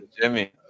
Jimmy